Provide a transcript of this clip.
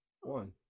one